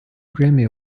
grammy